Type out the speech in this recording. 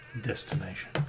destination